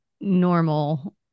normal